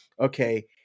okay